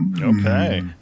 Okay